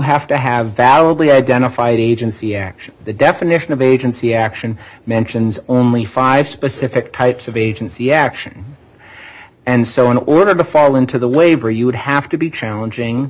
have to have validly identified agency action the definition of agency action mentions only five specific types of agency action and so in order to fall into the waiver you would have to be challenging